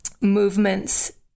movements